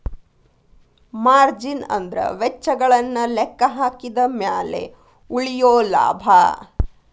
margin ಅಂದ್ರ ವೆಚ್ಚಗಳನ್ನ ಲೆಕ್ಕಹಾಕಿದ ಮ್ಯಾಲೆ ಉಳಿಯೊ ಲಾಭ